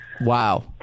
Wow